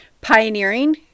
pioneering